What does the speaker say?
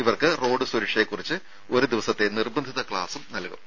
ഇവർക്ക് റോഡ് സുരക്ഷയെക്കുറിച്ച് ഒരു ദിവസത്തെ നിർബന്ധിത ക്ലാസും നൽകും